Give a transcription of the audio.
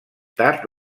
tard